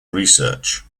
research